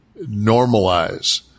normalize